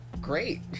great